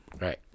Right